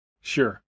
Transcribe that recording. Sure